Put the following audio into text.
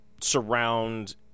surround